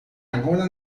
agora